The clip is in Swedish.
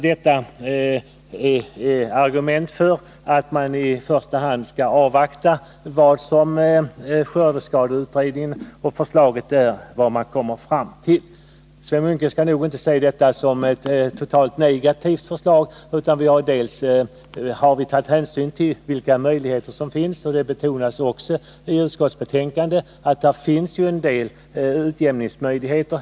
Detta är argument för att vi i första hand skall avvakta vad man kommer fram till vid behandlingen av skördeskadeutredningens förslag. Sven Munke skall nog inte se utskottets skrivning som negativ. Vi har påpekat vilka möjligheter till resultatutjämning som finns.